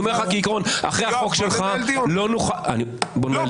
אחרי החוק שלך לא נוכל --- יואב,